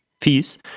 fees